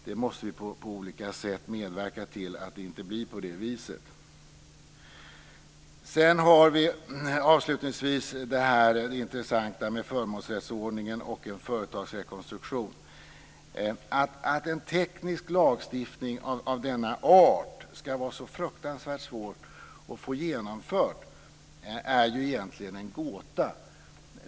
Vi måste på olika sätt medverka till att det inte blir på det viset. Avslutningsvis har vi det här intressanta med förmånsrättsordning och företagsrekonstruktion. Att en teknisk lagstiftning av denna art ska vara så fruktansvärt svår att få genomförd är egentligen en gåta!